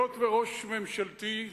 היות שראש ממשלתי,